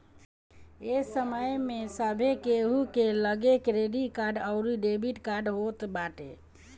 ए समय में सभे केहू के लगे क्रेडिट कार्ड अउरी डेबिट कार्ड होत बाटे